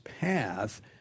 path